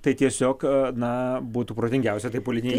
tai tiesiog na būtų protingiausia tai politinei